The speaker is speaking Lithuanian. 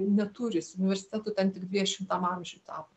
neturi jis universitetu ten tik dvidešimtam amžiui tapo